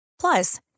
Plus